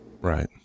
Right